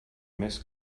més